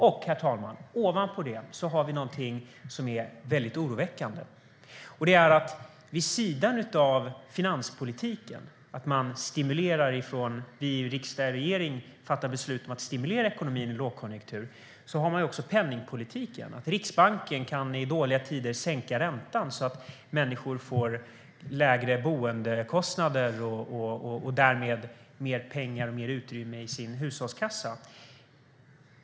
Ovanpå det har vi någonting som är mycket oroväckande. Vid sidan av finanspolitiken, att man från riksdag och regering fattar beslut om att stimulera ekonomin i lågkonjunktur, har man också penningpolitiken, alltså att Riksbanken i dåliga tider kan sänka räntan så att människor får lägre boendekostnader och därmed mer pengar och mer utrymme i sin hushållskassa.